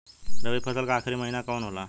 रवि फसल क आखरी महीना कवन होला?